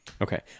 Okay